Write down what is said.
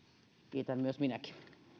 kiitän minäkin